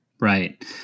right